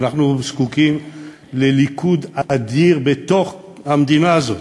אנחנו זקוקים לליכוד אדיר בתוך המדינה הזאת.